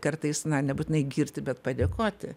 kartais na nebūtinai girti bet padėkoti